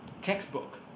textbook